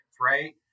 right